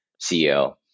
CEO